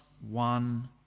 one